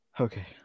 Okay